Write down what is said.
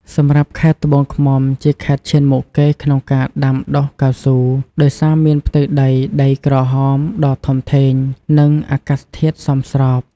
សម្រាប់ខេត្តត្បូងឃ្មុំ ជាខេត្តឈានមុខគេក្នុងការដាំដុះកៅស៊ូ ដោយសារមានផ្ទៃដីដីក្រហមដ៏ធំធេង និងអាកាសធាតុសមស្រប។